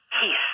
peace